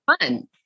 fun